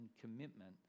commitment